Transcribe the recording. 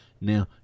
now